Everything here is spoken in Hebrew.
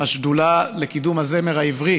השדולה לקידום הזמר העברי,